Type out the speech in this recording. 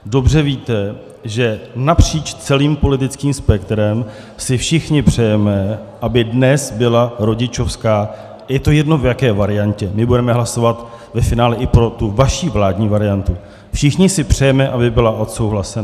Dobře víte, že napříč celým politickým spektrem si všichni přejeme, aby dnes byla rodičovská, je to jedno, v jaké variantě, my budeme hlasovat ve finále i pro tu vaši vládní variantu, všichni si přejeme, aby byla odsouhlasena.